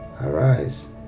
Arise